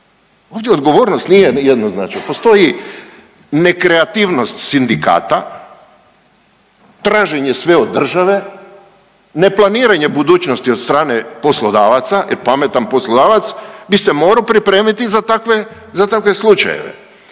ovdje odgovornost nije jednoznačna, postoji nekreativnost sindikata, traženje sve od države, neplaniranje budućnosti od strane poslodavaca jer pametan poslodavac bi se morao pripremiti za takve, za takve